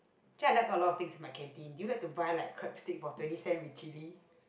actually I like a lot of things my canteen do you like to buy like crabstick for twenty cents with chilli